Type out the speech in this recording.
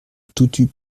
toutut